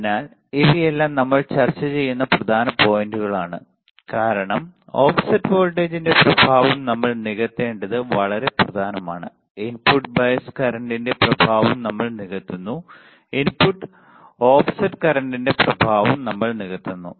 അതിനാൽ ഇവയെല്ലാം നമ്മൾ ചർച്ച ചെയ്യുന്ന പ്രധാന പോയിന്റുകളാണ് കാരണം ഓഫ്സെറ്റ് വോൾട്ടേജിന്റെ പ്രഭാവം നമ്മൾ നികത്തേണ്ടത് വളരെ പ്രധാനമാണ് ഇൻപുട്ട് ബയസ് കറന്റിന്റെ പ്രഭാവം നമ്മൾ നികത്തുന്നു ഇൻപുട്ട് ഓഫ്സെറ്റ് കറന്റിന്റെ പ്രഭാവം നമ്മൾ നികത്തുന്നു